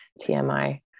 TMI